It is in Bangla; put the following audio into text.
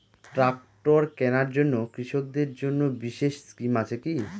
ট্রাক্টর কেনার জন্য কৃষকদের জন্য বিশেষ স্কিম আছে কি?